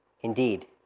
indeed